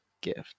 gift